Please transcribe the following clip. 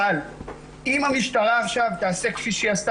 אבל אם המשטרה עכשיו תעשה כפי שהיא עשתה,